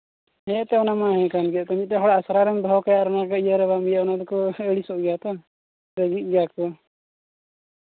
ᱦᱮᱸ ᱛᱚ ᱚᱱᱟ ᱢᱟ ᱦᱮᱸ ᱠᱟᱱ ᱜᱮ ᱟᱫᱚ ᱢᱤᱫᱴᱮᱱ ᱦᱚᱲ ᱟᱥᱲᱟ ᱨᱮᱢ ᱫᱚᱦᱚ ᱠᱟᱭᱟ ᱟᱨ ᱚᱱᱟᱜᱮ ᱤᱭᱟᱹᱨᱮ ᱵᱟᱢ ᱤᱭᱟᱹᱜᱼᱟ ᱚᱱᱟ ᱛᱮᱠᱚ ᱟᱹᱲᱤᱥᱚᱜ ᱜᱮᱭᱟ ᱛᱚ ᱨᱟᱹᱜᱤ ᱜᱮᱭᱟ